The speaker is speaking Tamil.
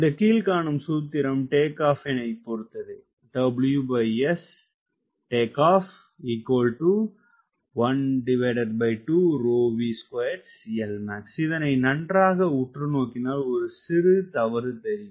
இந்த கீழ்க்காணும் சூத்திரம் டேக் ஆப்பினை பொறுத்ததே இதனை நன்றாக உற்று நோக்கினால் ஒரு சிறு தவறு தெரியும்